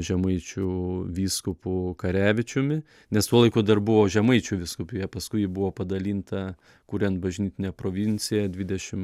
žemaičių vyskupu karevičiumi nes tuo laiku dar buvo žemaičių vyskupija paskui ji buvo padalinta kuriant bažnytinę provinciją dvidešim